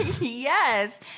Yes